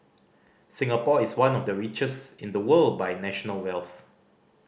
Singapore is one of the richest in the world by national wealth